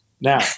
Now